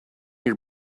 your